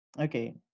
Okay